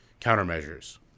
countermeasures